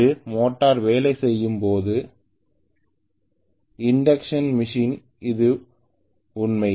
இது மோட்டராக வேலை செய்யும் போதுஇண்டக்க்ஷன் மெஷினில் இது உண்மை